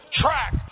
track